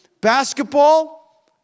Basketball